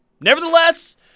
Nevertheless